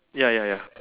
ya ya ya